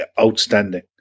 outstanding